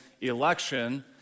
election